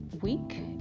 week